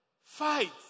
fight